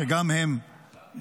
שגם הם שם.